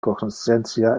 cognoscentia